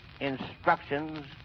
instructions